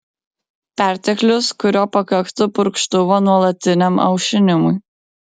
perteklius kurio pakaktų purkštuvo nuolatiniam aušinimui